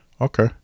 Okay